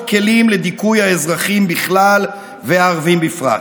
כלים לדיכוי האזרחים בכלל והערבים בפרט.